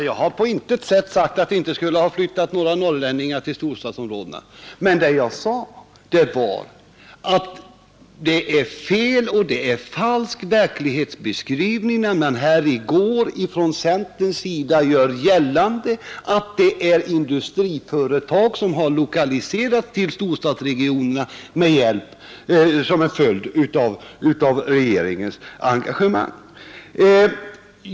Herr talman! Jag har inte sagt att det inte har flyttat några norrlänningar till storstadsområdena. Jag sade att det var fel och att det var en falsk verklighetsbeskrivning när man från centerns sida i går gjorde gällande att industriföretag har lokaliserats till storstadsregionerna som en följd av regeringens engagemang.